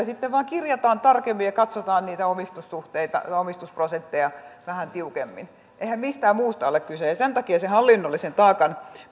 sitten vain kirjataan tarkemmin ja katsotaan niitä omistussuhteita ja omistusprosentteja vähän tiukemmin eihän mistään muusta ole kyse ja sen takia sen hallinnollisen taakan